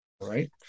right